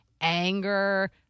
anger